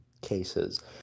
cases